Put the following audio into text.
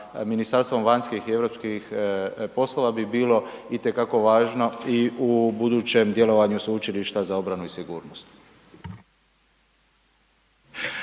Ministarstvom vanjskih i europskih poslova bi bilo itekako važno i u budućem djelovanju Sveučilišta za obranu i sigurnost.